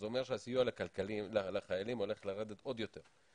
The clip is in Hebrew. זה אומר שהסיוע הכלכלי לחיילים הולך לרדת עוד יותר.